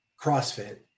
CrossFit